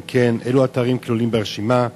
2. אם כן, אילו אתרים כלולים ברשימה?